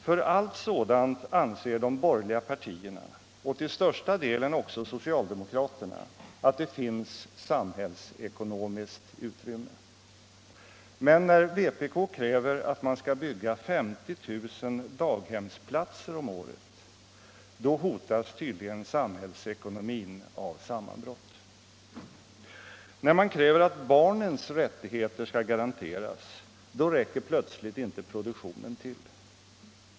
För allt sådant anser de borgerliga partierna och till största delen också socialdemokraterna att det finns ”samhällsekonomiskt utrymme”. Men när vpk kräver att man skall bygga 50 000 daghemsplatser om året då hotas tydligen samhällsekonomin av sammanbrott. När man kräver att barnens rättigheter skall garanteras då räcker plötsligt inte produktionen till.